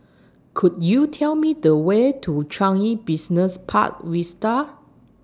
Could YOU Tell Me The Way to Changi Business Park Vista